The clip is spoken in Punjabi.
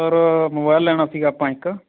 ਸਰ ਮੋਬਾਇਲ ਲੈਣਾ ਸੀ ਆਪਾਂ ਇੱਕ